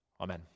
Amen